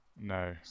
No